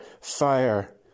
fire